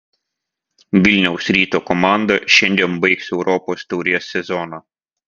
vilniaus ryto komanda šiandien baigs europos taurės sezoną